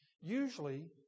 Usually